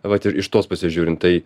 vat ir iš tos pasižiūrint tai